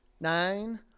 nine